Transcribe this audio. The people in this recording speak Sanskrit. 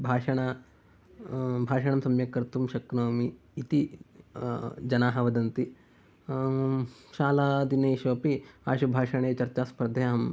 भाषण भाषणं सम्यक् कर्तुं शक्नोमि इति जनाः वदन्ति शालादिनेषु अपि आशुभाषाणे चर्चा स्पर्धायां